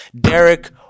Derek